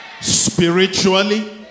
spiritually